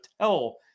tell